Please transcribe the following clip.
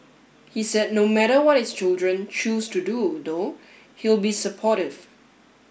he said no matter what his children choose to do though he'll be supportive